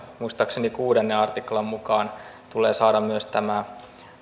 muistaakseni kuudennen artiklan mukaan tulee saada myös tämä